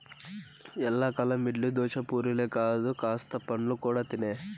ఎల్లకాలం ఇడ్లీ, దోశ, పూరీలే కాదు కాస్త పండ్లు కూడా తినే